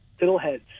fiddleheads